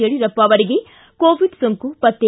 ಯಡಿಯೂರಪ್ಪ ಅವರಿಗೆ ಕೋವಿಡ್ ಸೋಂಕು ಪತ್ತೆ